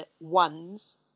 ones